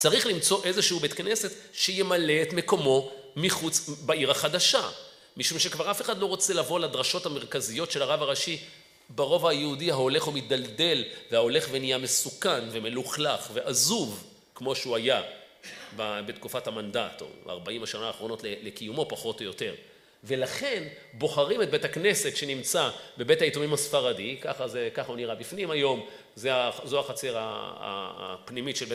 צריך למצוא איזשהו בית כנסת שימלא את מקומו מחוץ, בעיר החדשה. משום שכבר אף אחד לא רוצה לבוא לדרשות המרכזיות של הרב הראשי, ברובע היהודי ההולך ומתדלדל והולך ונהיה מסוכן ומלוכלך ועזוב כמו שהוא היה בתקופת המנדט או 40 השנה האחרונות לקיומו פחות או יותר. ולכן בוחרים את בית הכנסת שנמצא בבית היתומים הספרדי, ככה הוא נראה בפנים היום, זו החצר הפנימית של בית הכנסת.